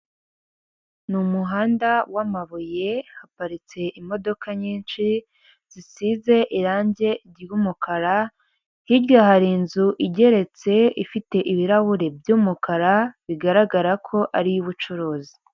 Ni umuhanda w'amabuye haparitse imodoka nyinshi zisize irange ry'umukara, hirya hari inzu igeretse ifite ibirahure by'umukara bigaragara ko ari iy'ubucuruzi.